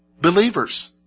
believers